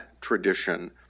tradition